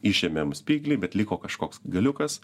išėmėm spyglį bet liko kažkoks galiukas